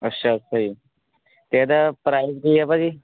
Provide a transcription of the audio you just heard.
ਅੱਛਾ ਭਾਅ ਜੀ ਅਤੇ ਇਹਦਾ ਪ੍ਰਾਈਜ਼ ਕੀ ਹੈ ਭਾਅ ਜੀ